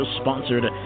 sponsored